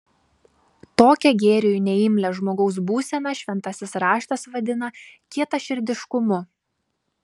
tokią gėriui neimlią žmogaus būseną šventasis raštas vadina kietaširdiškumu